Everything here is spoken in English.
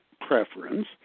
preference